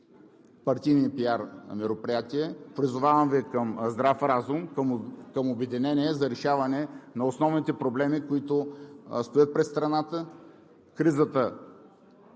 партийни пиар мероприятия. Призовавам Ви към здрав разум, към обединение за решаване на основните проблеми, които стоят пред страната – кризата